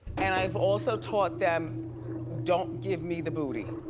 and i've also taught them don't give me the booty.